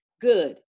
Good